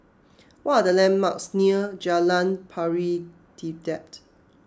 what are the landmarks near Jalan Pari Dedap